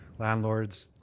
landlords,